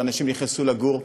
ואנשים נכנסו לגור.